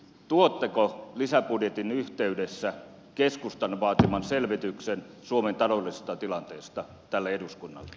tuotteko lisäbudjetin yhteydessä keskustan vaatiman selvityksen suomen taloudellisesta tilanteesta tälle eduskunnalle